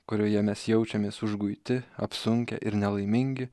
kurioje mes jaučiamės užguiti apsunkę ir nelaimingi